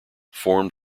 formed